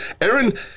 Aaron